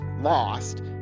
lost